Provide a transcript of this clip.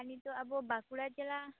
ᱱᱤᱛᱚᱜ ᱟᱵᱚ ᱵᱟᱸᱠᱩᱲᱟ ᱡᱮᱞᱟ